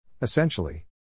Essentially